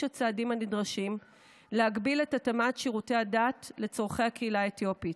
הצעדים הנדרשים להגביר את התאמת שירותי הדת לצורכי הקהילה האתיופית.